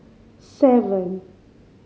seven